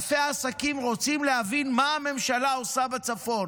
אלפי עסקים רוצים להבין מה הממשלה עושה בצפון.